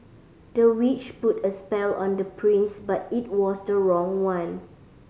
the witch put a spell on the prince but it was the wrong one